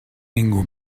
ningú